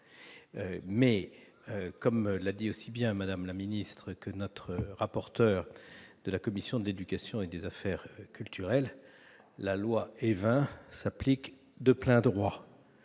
mais, comme l'a dit aussi bien, Madame la Ministre, que notre rapporteur de la commission d'éducation et des Affaires culturelles, la loi Évin s'applique de plein droit